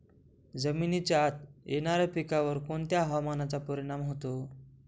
जमिनीच्या आत येणाऱ्या पिकांवर कोणत्या हवामानाचा परिणाम होतो?